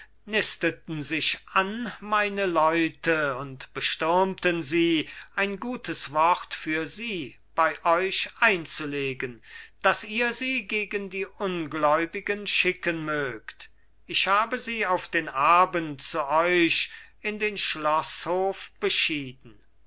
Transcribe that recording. nisteten sich an meine leute und bestürmten sie ein gutes wort für sie bei euch einzulegen daß ihr sie gegen die ungläubigen schicken mögt ich habe sie auf den abend zu euch in den schloßhof beschieden